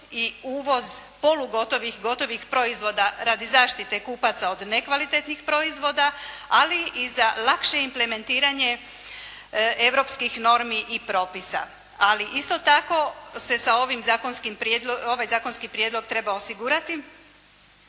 i gotovih proizvoda radi zaštite kupaca od nekvalitetnih proizvoda, ali i za lakše implementiranje europskih normi i propisa. Ali isto tako, ovaj zakonski prijedlog treba osigurati